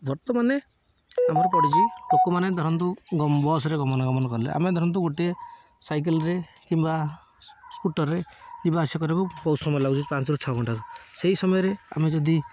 ବର୍ତ୍ତମାନେ ଆମର ପଡ଼ିଛି ଲୋକମାନେ ଧରନ୍ତୁ ବସ୍ରେ ଗମନାଗମନ କଲେ ଆମେ ଧରନ୍ତୁ ଗୋଟିଏ ସାଇକେଲରେ କିମ୍ବା ସ୍କୁଟରରେ ଯିବା ଆସିବା କରିବାକୁ ବହୁତ ସମୟ ଲାଗୁଛି ପାଞ୍ଚରୁ ଛଅ ଘଣ୍ଟା ସେଇ ସମୟରେ ଆମେ ଯଦି